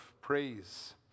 Praise